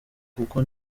kuko